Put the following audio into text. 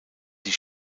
die